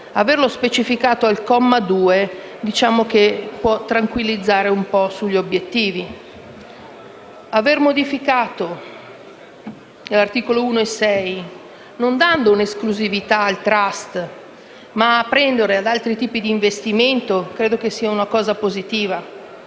Averlo specificato al comma 2, diciamo che può tranquillizzare un po' sugli obiettivi. Aver modificato gli articoli 1 e 6 non dando esclusività al *trust*, ma aprendo ad altri tipi di investimento, credo sia una cosa positiva.